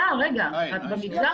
במגזר